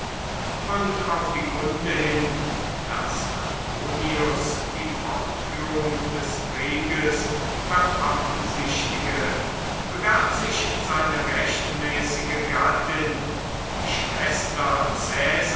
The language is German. und auf die kunde hin daß antonius die fortführung des krieges beabsichtige begab sich seine rechtmäßige gattin die schwester